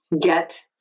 get